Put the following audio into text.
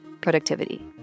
productivity